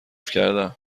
کردم